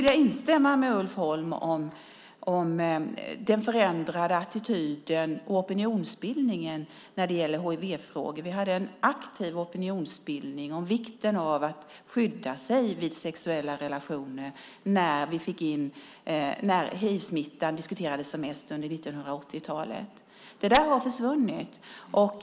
Jag håller med Ulf Holm om den förändrade attityden och opinionsbildningen när det gäller hivfrågor. Vi hade en aktiv opinionsbildning om vikten av att skydda sig i sexuella relationer när hivsmittan diskuterades som mest under 1980-talet. Det har försvunnit.